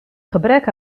gebrek